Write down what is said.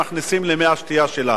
שמכניסים למי השתייה שלנו.